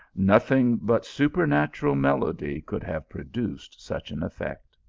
nothing but su pernatural melody could have produced such an effect.